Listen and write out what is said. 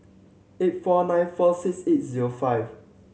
eight four nine four six eight zero five